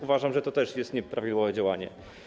Uważam, że to też jest nieprawidłowe działanie.